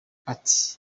ati